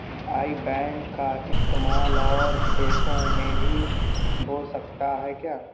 आई बैन का इस्तेमाल और देशों में भी हो सकता है क्या?